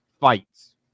fights